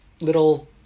little